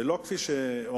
ולא כפי שאומרים,